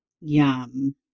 Yum